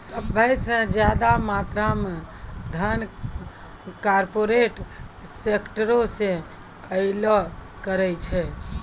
सभ से ज्यादा मात्रा मे धन कार्पोरेटे सेक्टरो से अयलो करे छै